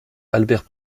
albert